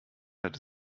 hätte